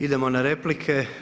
Idemo na replike.